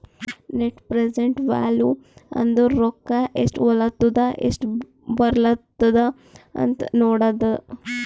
net present value ಅಂದುರ್ ರೊಕ್ಕಾ ಎಸ್ಟ್ ಹೊಲತ್ತುದ ಎಸ್ಟ್ ಬರ್ಲತ್ತದ ಅಂತ್ ನೋಡದ್ದ